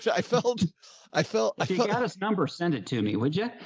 yeah i felt i felt i felt got us number. send it to me. what'd ya,